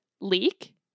leak